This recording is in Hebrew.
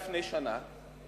לפני שנה,